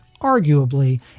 arguably